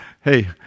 hey